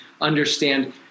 understand